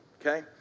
Okay